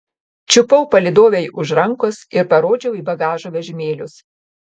čiupau palydovei už rankos ir parodžiau į bagažo vežimėlius